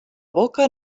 boca